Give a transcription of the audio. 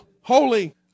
holy